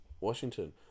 Washington